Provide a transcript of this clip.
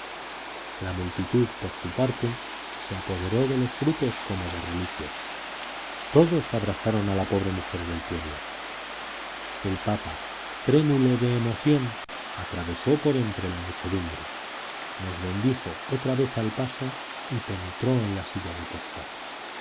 la multitud por su parte se apoderó de los frutos como de reliquias todos abrazaron a la pobre mujer del pueblo el papa trémulo de emoción atravesó por entre la muchedumbre nos bendijo otra vez al paso y penetró en la silla de posta